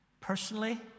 Personally